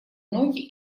ноги